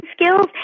skills